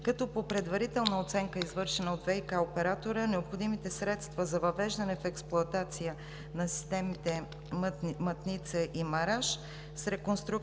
като по предварителна оценка, извършена от ВиК оператора, необходимите средства за въвеждане в експлоатация на системите „Мътница“ и „Мараж“, с реконструкция